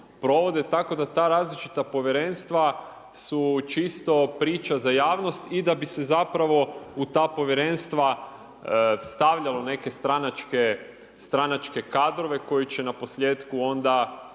tako da ta različita povjerenstva su čisto priča za javnost i da bi se zapravo u ta povjerenstva stavljalo neke stranačke kadrove koji će na posljetku onda